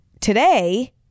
Today